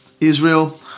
Israel